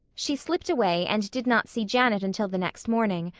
she slipped away and did not see janet until the next morning,